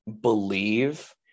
believe